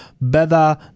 better